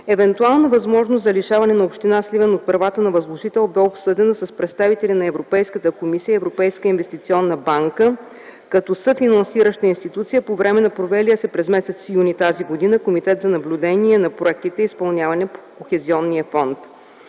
Евентуална възможност за лишаване на община Сливен от правата на възложител бе обсъдена с представители на Европейската комисия и Европейската инвестиционна банка, като съфинансираща институция по време на провелия се през м. юни тази година Комитет за наблюдение на проектите, изпълнявани по Кохезионния фонд.